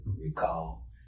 recall